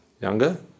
younger